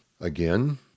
Again